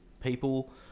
people